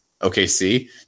OKC